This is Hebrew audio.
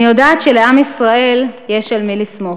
אני יודעת שלעם ישראל יש על מי לסמוך.